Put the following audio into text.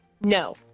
No